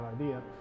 idea